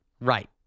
Right